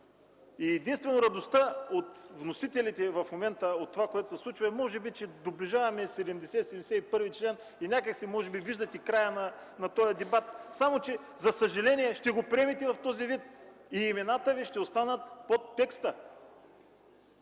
И единствено радостта на вносителите в момента от това, което се случва, е може би от това, че доближаваме чл. 70-71 и някак си, може би виждате края на този дебат, само че за съжаление ще го приемете в този вид и имената Ви ще останат под текста!